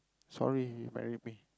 sorry you married me